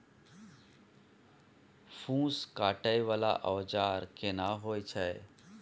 फूस काटय वाला औजार केना होय छै?